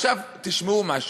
עכשיו תשמעו משהו,